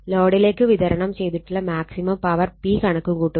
ലോഡിലേക്ക് വിതരണം ചെയ്തിട്ടുള്ള മാക്സിമം പവർ P കണക്ക് കൂട്ടുക